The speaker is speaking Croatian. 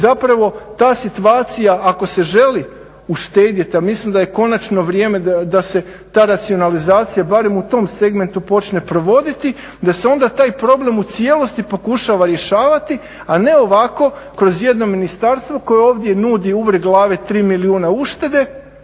zapravo ta situacija ako se želi uštedjeti, a mislim da je konačno vrijeme da se ta racionalizacija barem u tom segmentu počne provoditi da se onda taj problem u cijelosti pokušava rješavati a ne ovako kroz jedno ministarstvo koje ovdje nudi uvrh glave 3 milijuna uštede.